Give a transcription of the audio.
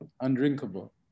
undrinkable